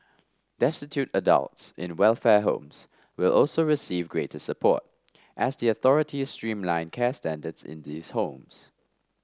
destitute adults in welfare homes will also receive greater support as the authorities streamline care standards in these homes